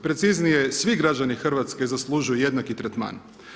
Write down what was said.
Preciznije svi građani Hrvatske zaslužuju jednaki tretman.